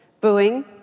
Booing